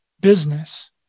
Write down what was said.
business